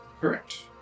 Correct